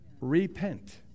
Repent